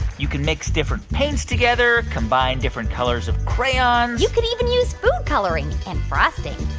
you can mix different paints together, combine different colors of crayon you could even use food coloring and frosting.